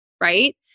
Right